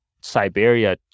Siberia